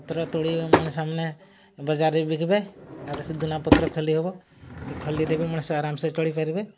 ପତ୍ର ତୋଳି ମାନେ ବଜାରରେ ବିକିବେ ତା'ପରେ ସେ ଦୁନା ପତ୍ର ଖଲି ହବ ସେ ଖଲିରେ ବି ମଣିଷ ଆରାମସେ ଚଳିପାରିବେ